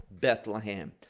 bethlehem